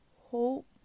hope